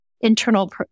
internal